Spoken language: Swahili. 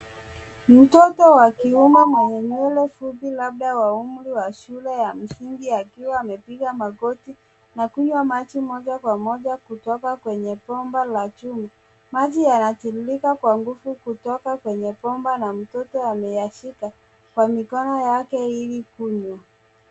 Mtoto wa kiume mwenye nywele fupi labda wa umri wa shule ya msingi akiwa amepiga magoti na kunywa maji moja kwa moja kutoka kwenye bomba la chuma. Maji yanatiririka kwa nguvu kutoka kwenye bomba na mtoto ameyashika kwa mikono yake ili kunywa.